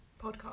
podcast